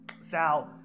Sal